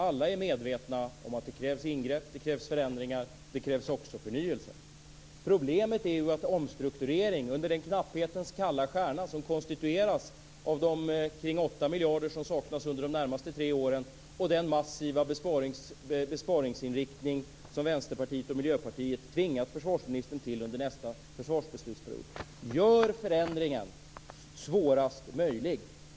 Alla är medvetna om att det krävs ingrepp, det krävs förändringar och det krävs även förnyelse. Problemet är att omstrukturering under den knapphetens kalla stjärna som konstitueras av de kring 8 miljarder som saknas under de närmaste tre åren och den massiva besparingsinriktning som Vänsterpartiet och Miljöpartiet tvingat försvarsministern till under nästa försvarsbeslutsperiod gör förändringen svårast möjlig.